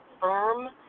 firm